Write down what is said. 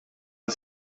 and